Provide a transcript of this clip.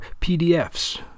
PDFs